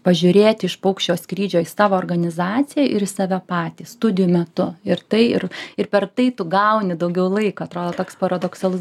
pažiūrėti iš paukščio skrydžio į savo organizaciją ir į save patį studijų metu ir tai ir ir per tai tu gauni daugiau laiko atrodo toks paradoksalus